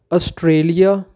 Australia